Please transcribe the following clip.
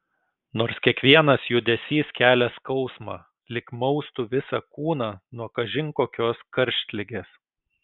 nors kiekvienas judesys kelia skausmą lyg maustų visą kūną nuo kažin kokios karštligės